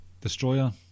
destroyer